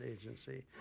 Agency